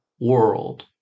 world